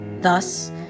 Thus